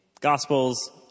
gospels